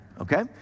Okay